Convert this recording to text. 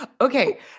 Okay